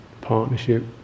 partnership